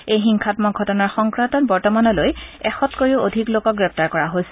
এই হিংসামক ঘটনাৰ সংক্ৰান্তত বৰ্তমানলৈ এশতকৈও অধিক লোকক গ্ৰেপ্তাৰ কৰা হৈছে